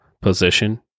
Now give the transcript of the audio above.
position